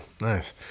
nice